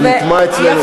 זה נטמע אצלנו.